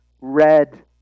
red